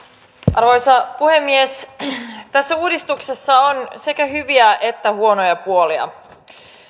arvoisa puhemies tässä uudistuksessa on sekä hyviä että huonoja puolia